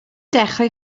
dechrau